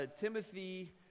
Timothy